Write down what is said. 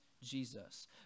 Jesus